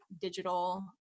digital